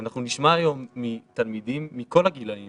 אנחנו נשמע היום מתלמידים מכל הגילאים